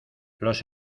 los